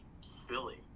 silly